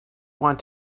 want